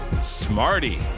Smarty